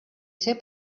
ser